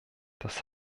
das